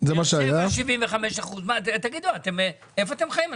באר שבע 75%. תגידו, איפה אתם חיים?